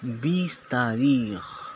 بیس تاریخ